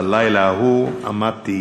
בלילה ההוא עמדתי